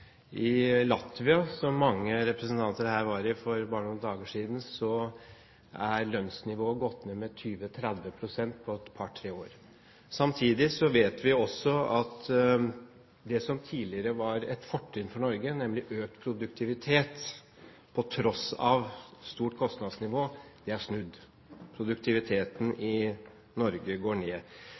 I Latvia, der mange representanter herfra var for bare noen dager siden, har lønnsnivået gått ned med 20–30 pst. på et par–tre år. Samtidig vet vi at det som tidligere var et fortrinn for Norge, nemlig økt produktivitet på tross av høyt kostnadsnivå, er snudd. Produktiviteten i Norge går ned.